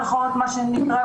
מה שנקרא,